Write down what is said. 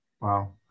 Wow